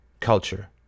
Culture